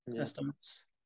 estimates